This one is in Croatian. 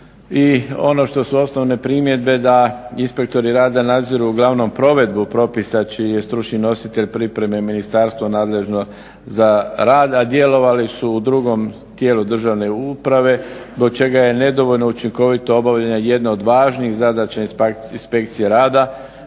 I ono što su osnovne primjedbe da inspektori rada nadziru uglavnom provedbu propisa čiji je stručni nositelj pripreme Ministarstvo nadležno za rad a djelovali su u drugom tijelu državne uprave zbog čega je nedovoljno učinkovito obavljena jedna od važnih zadaća inspekcije rada